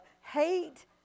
hate